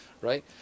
right